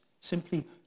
simply